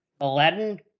Aladdin